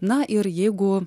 na ir jeigu